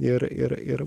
ir ir ir